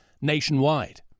nationwide